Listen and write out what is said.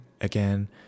Again